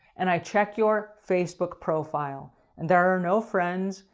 and i check your facebook profile there are no friends,